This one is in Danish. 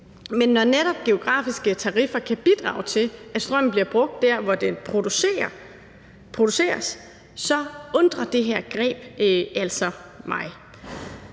men når netop geografiske tariffer kan bidrage til, at strømmen bliver brugt der, hvor den produceres, undrer det her greb altså mig.